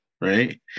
right